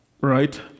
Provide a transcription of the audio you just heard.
Right